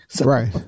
Right